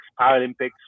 Paralympics